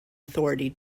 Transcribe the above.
authority